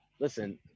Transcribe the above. listen